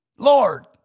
Lord